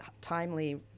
timely